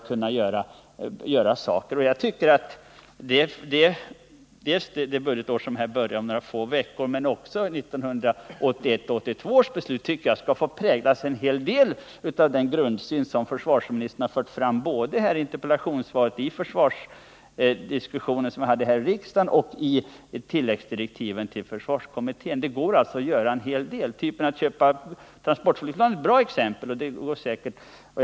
Jag tycker att det budgetår som börjar om några få veckor, liksom budgetåret 1981/82, skall få präglas av den grundsyn som försvarsministern har fört fram både här i interpellationssvaret och i den försvarsdiskussion som vi hade i riksdagen samt i tilläggsdirektiven till försvarskommittén. Det går alltså att göra en hel del. Att köpa transportflygplan är ett bra exempel av den typen.